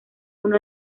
uno